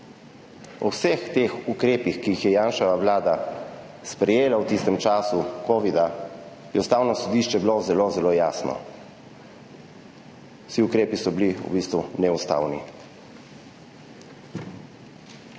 O vseh teh ukrepih, ki jih je Janševa vlada sprejela v tistem času covida, je bilo Ustavno sodišče zelo zelo jasno – vsi ukrepi so bili v bistvu neustavni.